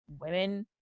women